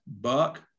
Buck